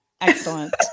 excellent